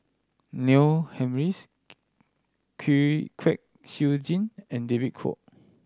Neil Humphreys Kwek Siew Jin and David Kwo